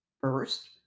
First